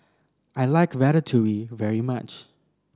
I like Ratatouille very much